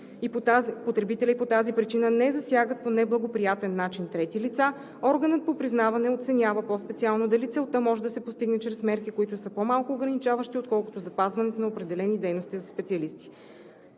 потребителя и по тази причина не засягат по неблагоприятен начин трети лица, органът по признаване оценява по-специално дали целта може да се постигне чрез мерки, които са по-малко ограничаващи отколкото запазването на определени дейности за специалисти.